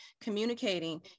communicating